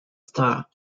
starr